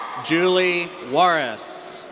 julie juarez.